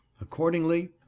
Accordingly